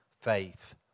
faith